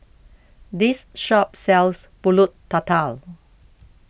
this shop sells Pulut Tatal